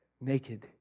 naked